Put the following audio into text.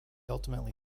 ultimately